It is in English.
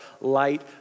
light